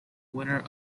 winner